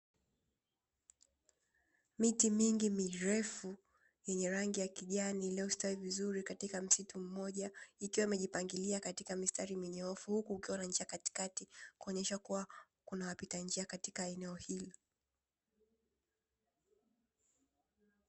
Miti mingi mirefu yenye rangi ya kijani, iliyostawi vizuri katika msitu mmoja, ikiwa imejipangilia katika mistari minyoofu huku kukiwa na njia katikati, kuonyesha kuwa kunawapita njia kwenye katika eneo hili.